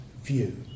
view